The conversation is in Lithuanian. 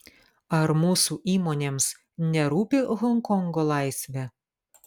ar mūsų įmonėms nerūpi honkongo laisvė